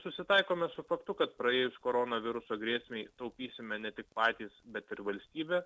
susitaikome su faktu kad praėjus koronaviruso grėsmei taupysime ne tik patys bet ir valstybė